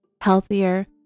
healthier